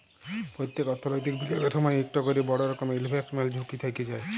প্যত্তেক অথ্থলৈতিক বিলিয়গের সময়ই ইকট ক্যরে বড় রকমের ইলভেস্টমেল্ট ঝুঁকি থ্যাইকে যায়